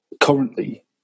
currently